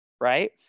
right